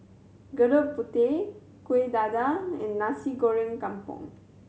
Gudeg Putih Kueh Dadar and Nasi Goreng Kampung